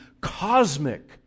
cosmic